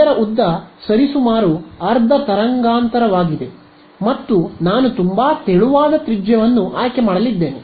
ಇದರ ಉದ್ದ ಸರಿಸುಮಾರು ಅರ್ಧ ತರಂಗಾಂತರವಾಗಿದೆ ಮತ್ತು ನಾನು ತುಂಬಾ ತೆಳುವಾದ ತ್ರಿಜ್ಯವನ್ನು ಆಯ್ಕೆ ಮಾಡಲಿದ್ದೇನೆ